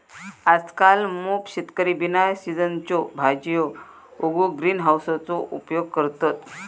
आजकल मोप शेतकरी बिना सिझनच्यो भाजीयो उगवूक ग्रीन हाउसचो उपयोग करतत